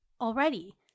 already